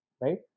right